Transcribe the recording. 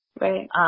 Right